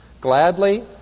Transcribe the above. gladly